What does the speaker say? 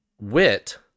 Wit